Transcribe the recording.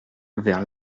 vers